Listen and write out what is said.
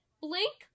Blink